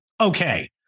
Okay